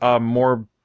more